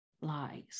lies